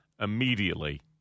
immediately